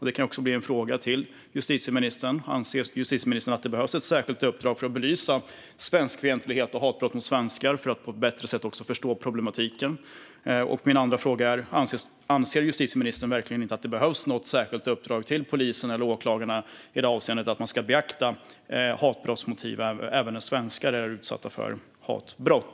Det kan också bli en fråga till justitieministern: Anser justitieministern att det behövs ett särskilt uppdrag för att belysa svenskfientlighet och hatbrott mot svenskar för att på ett bättre sätt förstå problematiken? Min andra fråga är: Anser justitieministern verkligen inte att det behövs något särskilt uppdrag till polis eller åklagare i fråga om att man ska beakta hatbrottsmotiv även när svenskar är utsatta för hatbrott?